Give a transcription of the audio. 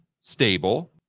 stable